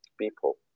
people